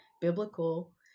biblical